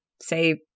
say